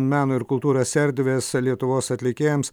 meno ir kultūros erdvės lietuvos atlikėjams